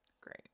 Great